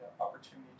opportunity